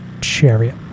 Chariot